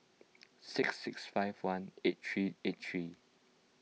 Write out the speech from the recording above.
six six five one eight three eight three